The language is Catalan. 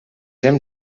hem